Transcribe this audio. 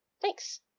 thanks